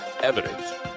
evidence